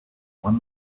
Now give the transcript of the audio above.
one